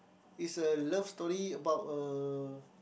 is a love story about a